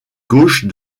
gauche